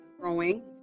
growing